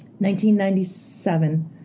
1997